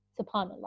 subhanallah